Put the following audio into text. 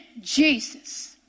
Jesus